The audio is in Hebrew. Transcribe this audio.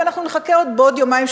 ואנחנו נחכה בעוד יומיים,